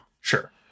sure